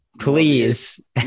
please